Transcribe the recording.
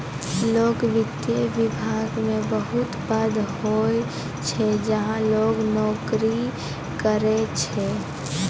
लोक वित्त विभाग मे बहुत पद होय छै जहां लोग नोकरी करै छै